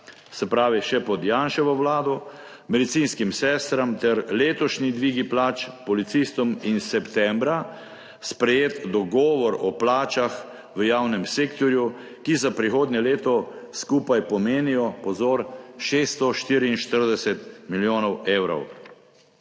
se pravi še pod Janševo vlado, medicinskim sestram ter letošnji dvigi plač policistom in septembra sprejet dogovor o plačah v javnem sektorju, ti za prihodnje leto skupaj pomenijo, pozor, 644 milijonov evrov.